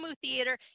Theater